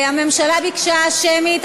הממשלה ביקשה שמית.